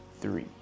three